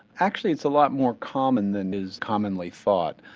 actually it's a lot more common than is commonly thought.